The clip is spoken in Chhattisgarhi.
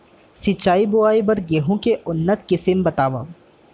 सिंचित बोआई बर गेहूँ के उन्नत किसिम बतावव?